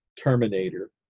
Terminator